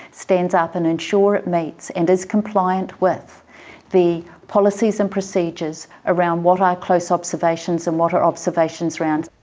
stands up and ensure it meets and is compliant with the policies and procedures around what are close observations and what are observations rounds.